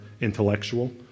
intellectual